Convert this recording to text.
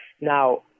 Now